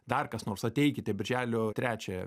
dar kas nors ateikite birželio trečiąją